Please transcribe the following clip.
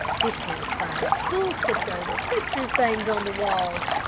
dish-pans clattered, stools tipped over, pictures banged on the walls!